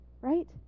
Right